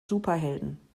superhelden